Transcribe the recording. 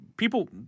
People